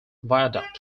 viaduct